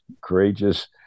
courageous